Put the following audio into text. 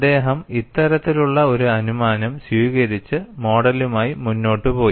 അദ്ദേഹം ഇത്തരത്തിലുള്ള ഒരു അനുമാനം സ്വീകരിച്ച് മോഡലുമായി മുന്നോട്ട് പോയി